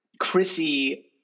Chrissy